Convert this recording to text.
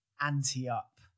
anti-up